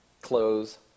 close